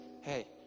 hey